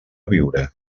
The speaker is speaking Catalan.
viure